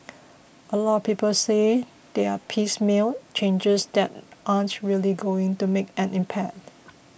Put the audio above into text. a lot of people say they are piecemeal changes that aren't really going to make an impact